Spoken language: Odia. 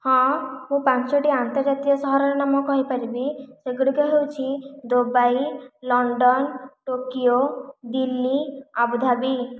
ହଁ ମୁଁ ପାଞ୍ଚୋଟି ଅନ୍ତର୍ଜାତୀୟ ସହରର ନାମ କହିପାରିବି ସେଗୁଡ଼ିକ ହେଉଛି Dubai London Tokyo Delhi Abu Dhabi